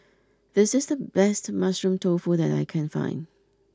this is the best Mushroom Tofu that I can find